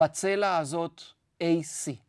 ‫בצלע הזאת, A, C.